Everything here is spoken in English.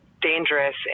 dangerous